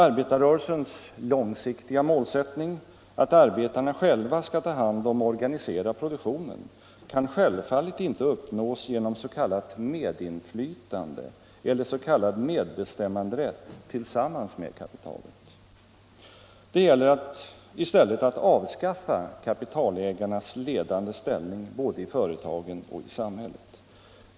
Arbetarrörelsens långsiktiga målsättning att arbetarna själva skall ta hand om och organisera produktionen kan självfallet inte uppnås genom s.k. medinflytande eller s.k. medbestämmanderätt tillsammans med kapitalet. Det gäller i stället att avskaffa kapitalägarnas ledande ställning både inom företagen och inom samhället.